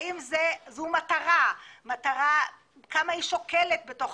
האם זו מטרה, אז מה המשקל שלה בתוך